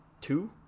two